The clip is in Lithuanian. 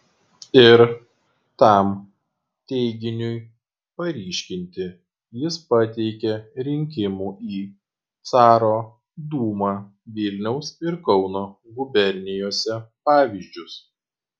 ir tam teiginiui paryškinti jis pateikė rinkimų į caro dūmą vilniaus ir kauno gubernijose pavyzdžius